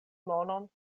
monon